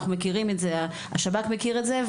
אנחנו מכירים את זה והשב״כ מכיר את זה.